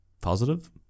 positive